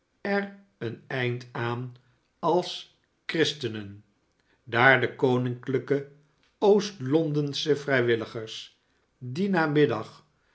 er een eind aan als christenen daar de koninklijke oostlondsche vrijwilligers dien namiddag